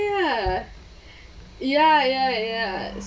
ya ya ya ya